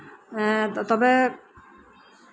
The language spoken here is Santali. ᱮᱜ ᱛᱚᱵᱮ